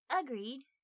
Agreed